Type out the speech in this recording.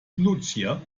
lucia